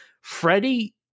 Freddie